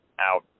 Out